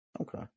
okay